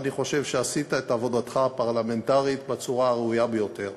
אני חושב שעשית את עבודתך הפרלמנטרית בצורה הראויה ביותר.